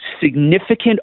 significant